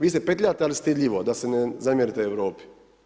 Vi se petljate ali stidljivo da se ne zamjerite Europi.